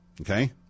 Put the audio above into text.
Okay